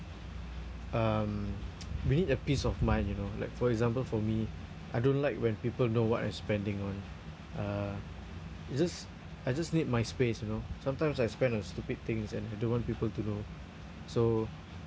um we need a peace of mind you know like for example for me I don't like when people know what I spending on uh it's just I just need my space you know sometimes I spend on stupid things and I don't want people to know so